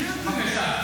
בבקשה.